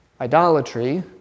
idolatry